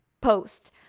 post